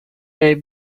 they